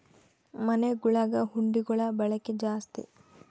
ಮನೆಗುಳಗ ಹುಂಡಿಗುಳ ಬಳಕೆ ಜಾಸ್ತಿ